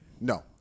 No